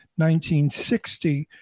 1960